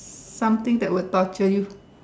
something that will torture you